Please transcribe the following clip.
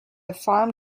farm